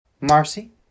Marcy